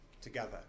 together